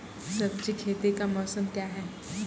सब्जी खेती का मौसम क्या हैं?